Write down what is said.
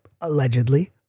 Allegedly